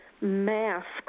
masks